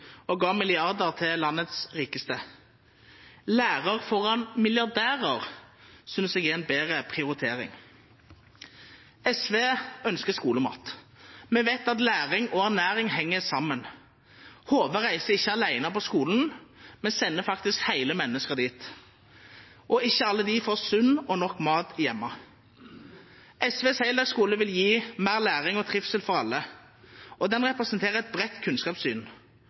og ga milliarder til landets rikeste. Lærer foran milliardærer synes jeg er en bedre prioritering. SV ønsker skolemat. Vi vet at læring og ernæring henger sammen. Hodet reiser ikke alene på skolen, vi sender faktisk hele mennesker dit, og ikke alle de får sunn og nok mat hjemme. SVs heldagsskole vil gi mer læring og trivsel for alle, og den representerer et bredt kunnskapssyn.